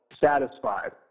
satisfied